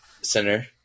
Center